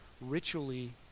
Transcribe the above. ritually